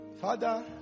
Father